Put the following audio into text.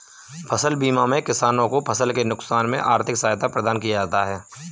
फसल बीमा में किसानों को फसल के नुकसान में आर्थिक सहायता प्रदान किया जाता है